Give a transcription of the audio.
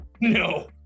No